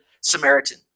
Samaritan